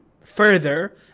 further